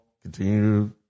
Continue